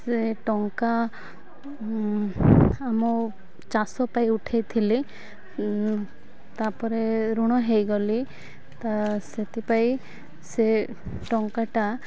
ସେ ଟଙ୍କା ମୋ ଚାଷ ପାଇଁ ଉଠାଇ ଥିଲି ତା'ପରେ ଋଣ ହେଇଗଲି ତ ସେଥିପାଇଁ ସେ ଟଙ୍କାଟା